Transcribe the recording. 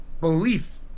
belief